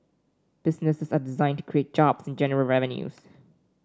businesses are designed to create jobs and generate revenues